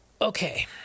Okay